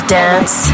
dance